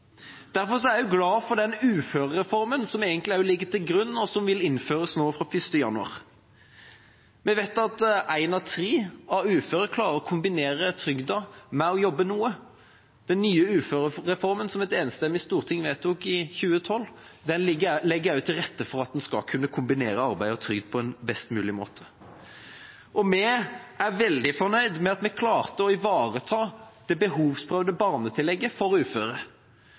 Derfor er jeg glad for den uførereformen som egentlig også ligger til grunn, og som vil innføres fra 1. januar. Vi vet at en av tre uføre klarer å kombinere trygda med å jobbe noe. Den nye uførereformen som et enstemmig storting vedtok i 2012, legger også til rette for at en skal kunne kombinere arbeid og trygd på en best mulig måte. Vi er veldig fornøyd med at vi klarte å ivareta det behovsprøvde barnetillegget for uføre.